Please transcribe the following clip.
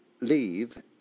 leave